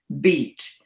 beat